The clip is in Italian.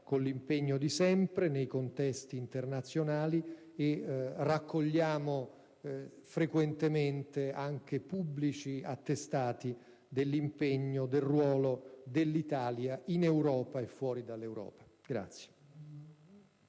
con l'impegno di sempre nei contesti internazionali, e raccogliamo frequentemente anche pubblici attestati dell'impegno, del ruolo del nostro Paese, in Europa e fuori dall'Europa.